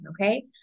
okay